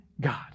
God